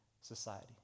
society